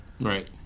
Right